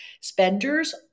Spenders